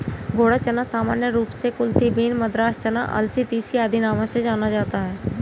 घोड़ा चना सामान्य रूप से कुलथी बीन, मद्रास चना, अलसी, तीसी आदि नामों से जाना जाता है